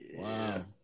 Wow